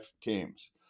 teams